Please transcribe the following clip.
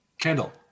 Kendall